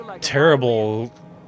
terrible